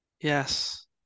Yes